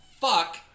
fuck